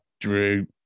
drew